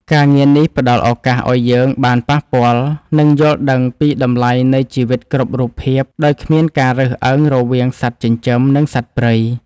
ការងារនេះផ្ដល់ឱកាសឱ្យយើងបានប៉ះពាល់ និងយល់ដឹងពីតម្លៃនៃជីវិតគ្រប់រូបភាពដោយគ្មានការរើសអើងរវាងសត្វចិញ្ចឹម និងសត្វព្រៃ។